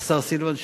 השר סילבן שלום,